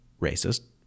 racist